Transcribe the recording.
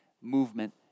movement